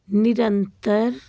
ਨਿਰੰਤਰ